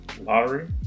lottery